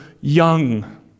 young